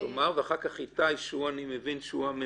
דיוני לתובע.